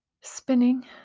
spinning